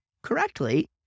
correctly